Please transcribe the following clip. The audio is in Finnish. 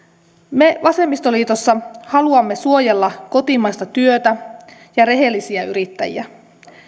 me vasemmistoliitossa haluamme suojella kotimaista työtä ja rehellisiä yrittäjiä